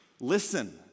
listen